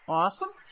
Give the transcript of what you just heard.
awesome